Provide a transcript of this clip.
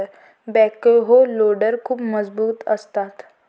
backhoe loader खूप मजबूत असतात